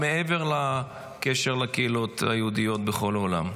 מעבר לקשר עם הקהילות היהודיות בכל העולם.